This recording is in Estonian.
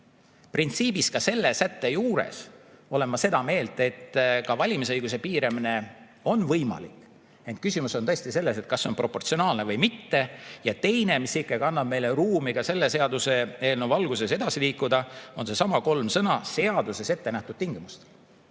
või mitte. Ka selle sätte juures olen ma seda meelt, et valimisõiguse piiramine on võimalik, ent küsimus on tõesti selles, kas see on proportsionaalne või mitte. Ja teine [asjaolu], mis ikkagi annab meile ruumi ka selle seaduseelnõu valguses edasi liikuda, on needsamad kolm sõna: seaduses ettenähtud tingimustel.